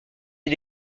est